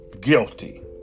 guilty